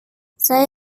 saya